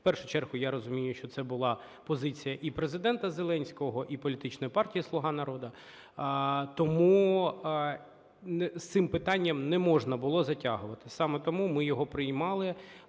В першу чергу, я розумію, що це була позиція і Президента Зеленського, і політичної партії "Слуга народу", тому з цим питанням не можна було затягувати. Саме тому ми його приймали